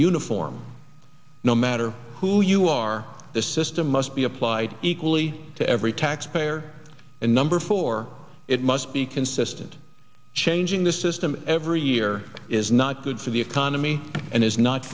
uniform no matter who you are the system must be applied equally to every taxpayer and number four it must be consistent changing the system every year is not good for the economy and is not